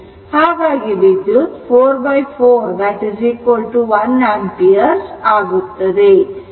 ಹಾಗಾಗಿ ವಿದ್ಯುತ್ 44 1 ampere ಆಗುತ್ತದೆ